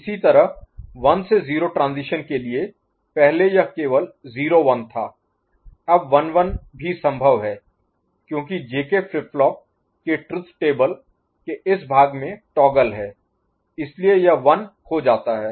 इसी तरह 1 से 0 ट्रांजीशन के लिए पहले यह केवल 0 1 था अब 1 1 भी संभव है क्योंकि जेके फ्लिप फ्लॉप के ट्रुथ टेबल के इस भाग में टॉगल है इसलिए यह 1 हो जाता है